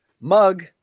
Mug